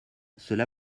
cela